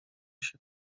się